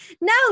No